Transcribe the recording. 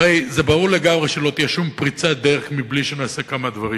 הרי ברור לגמרי שלא תהיה שום פריצת דרך בלי שנעשה כמה דברים